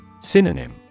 Synonym